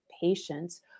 patients